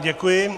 Děkuji.